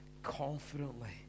confidently